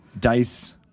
dice